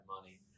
Money